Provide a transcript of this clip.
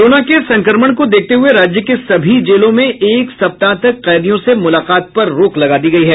corona के संक्रमण को देखते हुये राज्य के सभी जेलों में एक सप्ताह तक कैदियों से मुलाकात पर रोक लगा दी गयी है